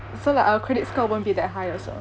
so like our credit score won't be that high also